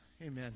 Amen